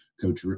Coach